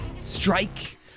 Strike